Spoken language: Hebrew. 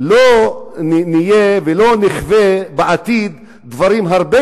לא נהיה ולא נחווה בעתיד דברים הרבה